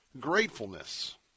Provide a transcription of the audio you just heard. gratefulness